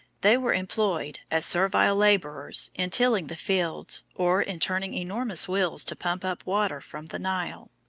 they were employed as servile laborers in tilling the fields, or in turning enormous wheels to pump up water from the nile.